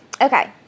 Okay